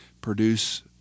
produce